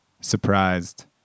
surprised